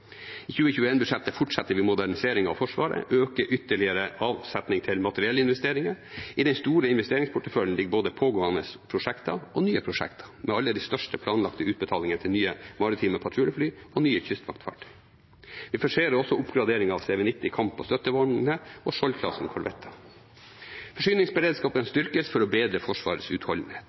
I 2021-budsjettet fortsetter vi moderniseringen av Forsvaret og øker ytterligere avsetning til materiellinvesteringer. I den store investeringsporteføljen ligger både pågående prosjekter og nye prosjekter, med alle de største planlagte utbetalinger til nye maritime patruljefly og nye kystvaktfartøy. Vi forserer også oppgraderingen av CV90 kamp- og støttevogner og korvetter i Skjold-klassen. Forsyningsberedskapen styrkes for å bedre Forsvarets utholdenhet.